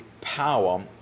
power